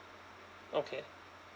okay